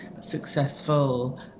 successful